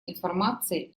информации